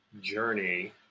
journey